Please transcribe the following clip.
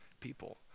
people